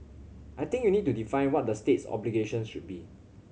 I think you need to define what the state's obligations should be